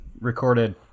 recorded